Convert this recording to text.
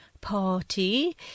party